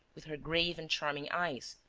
with her grave and charming eyes,